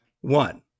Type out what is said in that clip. One